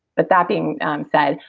but that being said,